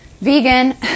vegan